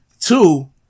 Two